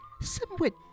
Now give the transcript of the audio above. somewhat